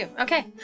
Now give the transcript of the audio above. Okay